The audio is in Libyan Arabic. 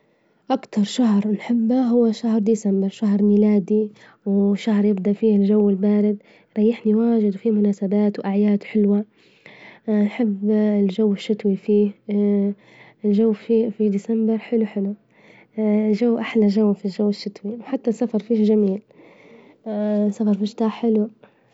أكتر شهر نحبه هوشهر ديسمبر، شهر ميلادي، وشهر يبدأ فيه الجوالبارد، ريحني واجد فيه مناسبات وأعياد حلوة، نحب الجوالشتوي فيه، الجوفي ديسمبر حلو-حلو، جو أحلى جو شتوي، وحتى السفر فيه جمي. سفر في الشتا حلو.